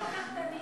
רק לא כל כך קטנים.